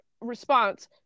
response